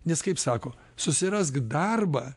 nes kaip sako susirask darbą